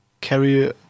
carry